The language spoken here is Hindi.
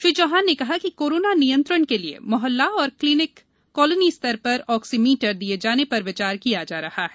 श्री चौहान ने कहा कि कोरोना नियंत्रण के लिये मोहल्ला और कॉलोनी स्तर पर ऑक्सिमीटर दिये जाने पर विचार किया जा रहा है